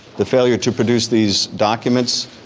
the failure to produce these documents